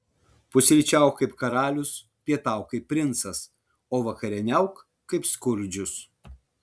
pusryčiauk kaip karalius pietauk kaip princas o vakarieniauk kaip skurdžius